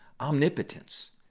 omnipotence